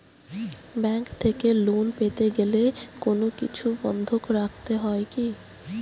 Bank থেকে loan পেতে গেলে কোনো কিছু বন্ধক রাখতে হয় কি?